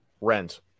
Rent